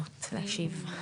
להשיב.